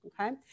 Okay